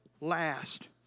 last